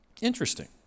Interesting